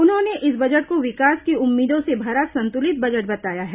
उन्होंने इस बजट को विकास की उम्मीदों से भरा संतुलित बजट बताया है